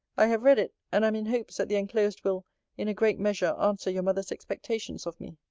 i have read it and am in hopes that the enclosed will in a great measure answer your mother's expectations of me.